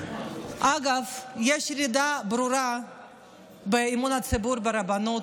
אגב, יש ירידה ברורה באמון הציבור ברבנות.